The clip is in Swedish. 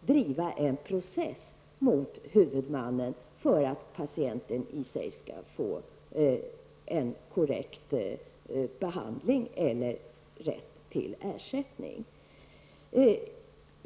driva en process mot huvudmannen för att patienten skall få en korrekt behandling eller rätt till ersättning.